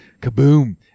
Kaboom